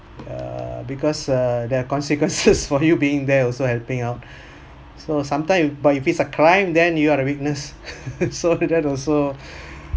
err because uh there are consequences for you being there also helping out so sometime but if it's a crime then you are the witness so that also